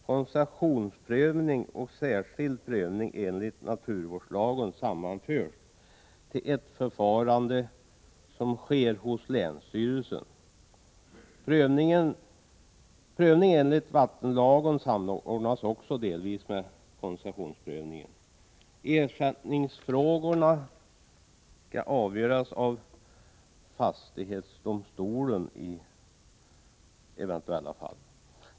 Koncessionsprövning och särskild prövning enligt naturvårdslagen sammanförs till ett förfarande, som sker hos länsstyrelsen. Prövning enligt vattenlagen samordnas också delvis med koncessionsprövningen. Ersättningsfrågorna skall i förekommande fall avgöras av fastighetsdomstolen.